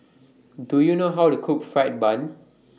Do YOU know How to Cook Fried Bun